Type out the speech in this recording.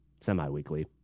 semi-weekly